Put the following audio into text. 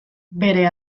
bere